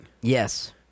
Yes